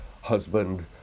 husband